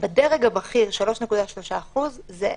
בדרג הבכיר 3.3% זה ערבים.